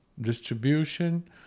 distribution